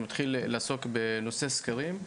שמתחיל לעסוק בנושא סקרים.